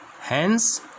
Hence